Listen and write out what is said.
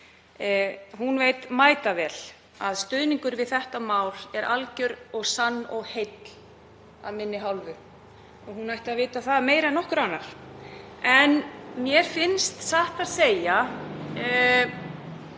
Hún veit mætavel að stuðningur við þetta mál er alger og sannur og heill af minni hálfu, hún ætti að vita það betur en nokkur annar. En mér finnst satt að segja